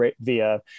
via